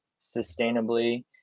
sustainably